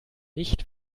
nicht